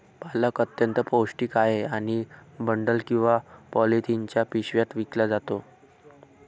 पालक अत्यंत पौष्टिक आहे आणि बंडल किंवा पॉलिथिनच्या पिशव्यात विकला जातो